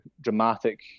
dramatic